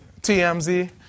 TMZ